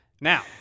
now